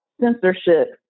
censorship